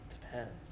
Depends